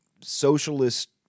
socialist